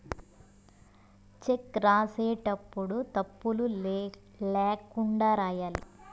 check రాసేటప్పుడు తప్పులు ల్యాకుండా రాయాలి